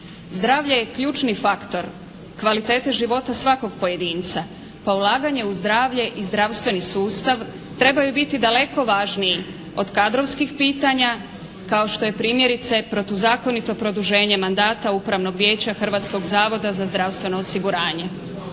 Zdravlje je ključni faktor kvalitete života svakog pojedinca pa ulaganje u zdravlje i zdravstveni sustav trebaju biti daleko važniji od kadrovskih pitanja kao što je primjerice protuzakonito produženje mandata Upravnog vijeća Hrvatskog zavoda za zdravstveno osiguranje.